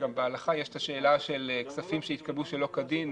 בהלכה יש את השאלה של כספים שהתקבלו שלא כדין.